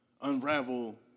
unravel